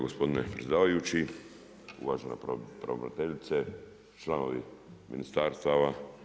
Gospodine predsjedavajući, uvažena pravobraniteljice, članovi ministarstava!